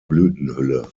blütenhülle